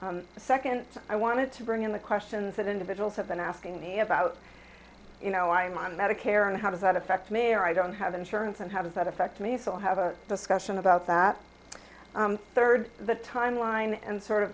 the second i want to bring in the questions that individuals have been asking me about you know i'm on medicare and how does that affect mayor i don't have insurance and how does that affect me so i have a discussion about that third the timeline and sort of